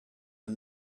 are